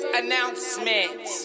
announcement